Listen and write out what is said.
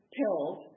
pills